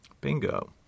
bingo